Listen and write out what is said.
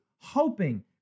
hoping